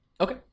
Okay